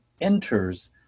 enters